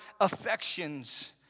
affections